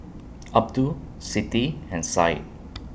Abdul Siti and Said